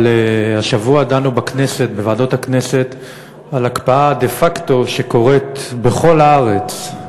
אבל השבוע דנו בוועדות הכנסת על הקפאה דה-פקטו שקורית בכל הארץ.